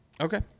Okay